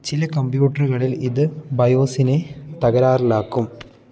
ചില കമ്പ്യൂട്ടറുകളിൽ ഇത് ബയോസിനെ തകരാറിലാക്കും